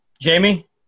Jamie